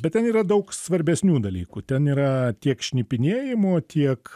bet ten yra daug svarbesnių dalykų ten yra tiek šnipinėjimo tiek